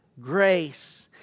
grace